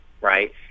right